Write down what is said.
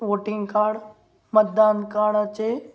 voting card मतदान काडाचे